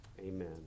amen